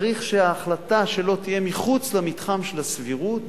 צריך שההחלטה שלו תהיה מחוץ למתחם הסבירות